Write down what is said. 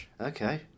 Okay